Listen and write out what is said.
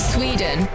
Sweden